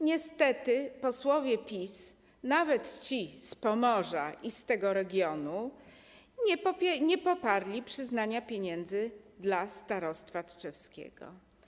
Niestety posłowie PiS, nawet ci z Pomorza, z tego regionu, nie poparli przyznania pieniędzy dla starostwa tczewskiego.